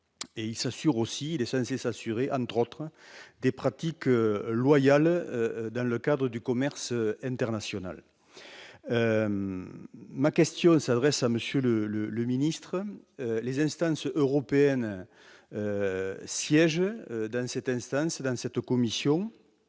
les ainsi s'assurer, entre autres, des pratiques loyales dans le cadre du commerce international, ma question s'adresse à Monsieur le le le ministre, les instances européennes, siège dans cette instance dans cette commission